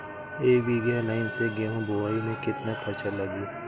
एक बीगहा लाईन से गेहूं बोआई में केतना खर्चा लागी?